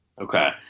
Okay